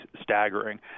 staggering